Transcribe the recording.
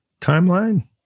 timeline